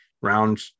round